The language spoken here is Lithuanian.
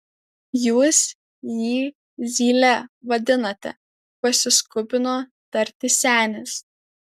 jūs jį zyle vadinate pasiskubino tarti senis